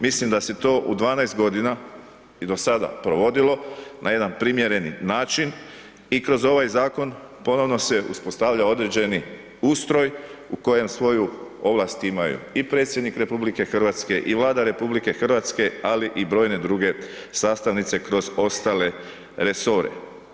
Mislim da se to u 12 g. i do sada provodilo na jedan primjereni način i kroz ovaj zakon ponovno se uspostavlja određeni u kojem svoju ovlast imaju i Predsjednik RH i Vlada RH ali i brojne druge sastavnice kroz ostale resore.